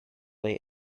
lay